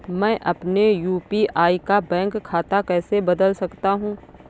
मैं अपने यू.पी.आई का बैंक खाता कैसे बदल सकता हूँ?